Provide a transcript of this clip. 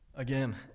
Again